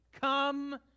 Come